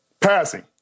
passing